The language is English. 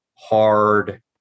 Hard